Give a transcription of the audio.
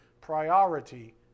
priority